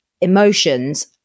emotions